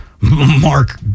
mark